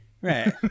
Right